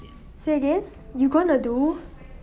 say again you gonna do